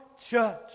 church